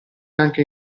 anche